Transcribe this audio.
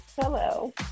Hello